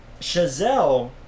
Chazelle